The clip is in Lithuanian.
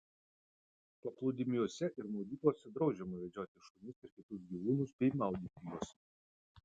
paplūdimiuose ir maudyklose draudžiama vedžioti šunis ir kitus gyvūnus bei maudyti juos